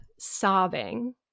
sobbing